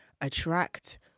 attract